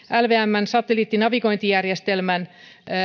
lvmn satelliittinavigointijärjestelmän